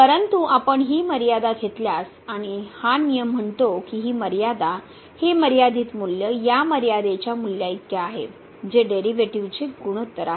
परंतु आपण ही मर्यादा घेतल्यास आणि हा नियम म्हणतो की ही मर्यादा हे मर्यादित मूल्य या मर्यादेच्या मूल्याइतके आहे जे डेरीवेटीवचे गुणोत्तर आहे